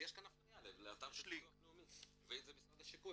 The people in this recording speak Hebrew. יש הפניה לאתר של ביטוח לאומי ואם זה משרד השיכון,